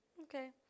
okay